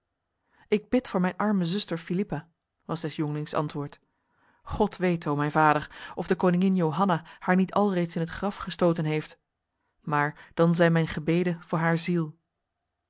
ik bid voor mijn arme zuster philippa was des jongelings antwoord god weet o mijn vader of de koningin johanna haar niet alreeds in het graf gestoten heeft maar dan zijn mijn gebeden voor haar ziel